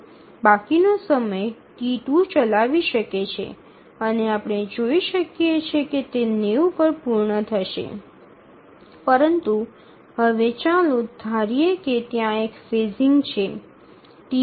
બાકીનો સમય T2 ચલાવી શકે છે અને આપણે જોઈ શકીએ છીએ કે તે ૯0 પર પૂર્ણ થશે પરંતુ હવે ચાલો ધારીએ કે ત્યાં એક ફેઝિંગ છે